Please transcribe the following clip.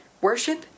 worship